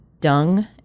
dung